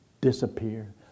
disappear